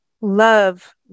love